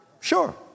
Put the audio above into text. Sure